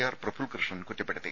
R Praful Krishnan കുറ്റപ്പെടുത്തി